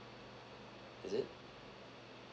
is it